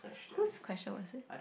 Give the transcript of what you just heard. whose question was it